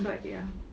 but ya